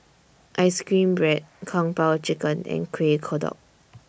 Ice Cream Bread Kung Po Chicken and Kueh Kodok